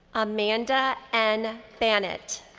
amanda n. bannett.